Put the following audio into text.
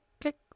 click